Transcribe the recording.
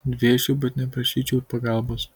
dvėsčiau bet neprašyčiau pagalbos